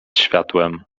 światłem